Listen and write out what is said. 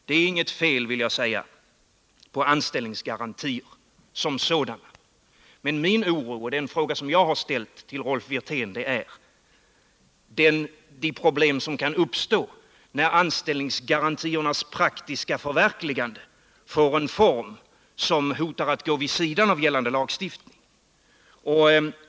Det är inget fel på anställningsgarantier som sådana, men min oro gäller — och det är den frågan jag har ställt till Rolf Wirtén — de problem som kan uppstå när anställningsgarantiernas praktiska förverkligande får en sådan form att det hotar att gå vid sidan av gällande lagstiftning.